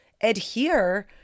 adhere